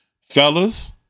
fellas